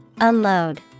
Unload